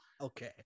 okay